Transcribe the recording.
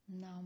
now